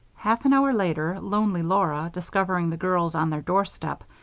half an hour later, lonely laura, discovering the girls on their doorstep,